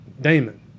Damon